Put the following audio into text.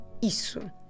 isso